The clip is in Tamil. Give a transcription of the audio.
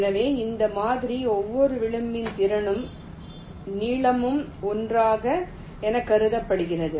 எனவே இந்த மாதிரியில் ஒவ்வொரு விளிம்பின் திறனும் நீளமும் 1 எனக் கருதப்படுகிறது